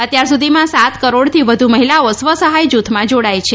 અત્યાર સુધીમાં સાત કરોડથી વધુ મહિલાઓ સ્વ સહાય જૂથોમાં જોડાઈ છે